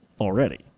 already